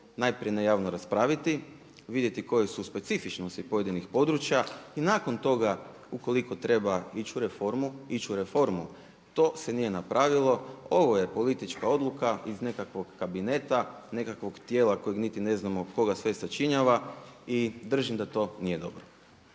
najprije ne javno raspraviti, vidjeti koje su specifičnosti pojedinih područja i nakon toga ukoliko treba ići u reformu, ići u reformu. To se nije napravilo, ovo je politička odluka iz nekakvog kabineta, nekakvog tijela kojeg niti ne znamo tko ga sve sačinjava i držim da to nije dobro.